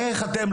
איך אתם,